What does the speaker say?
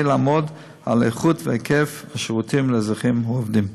לעמוד על איכות והיקף השירותים לאזרחים העובדים.